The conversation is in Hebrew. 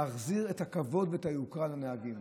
להחזיר את הכבוד ואת היוקרה לנהגים.